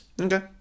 Okay